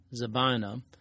Zabina